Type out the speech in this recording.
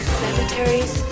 cemeteries